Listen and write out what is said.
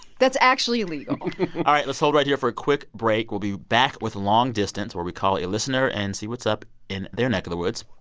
that's actually legal all right, let's hold right here for a quick break. we'll be back with long distance, where we call a listener and see what's up in their neck of the woods.